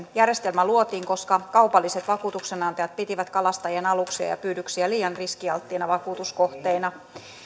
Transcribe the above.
järjestelmä luotiin koska kaupalliset vakuutuksenantajat pitivät kalastajien aluksia ja pyydyksiä liian riskialttiina vakuutuskohteina